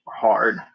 hard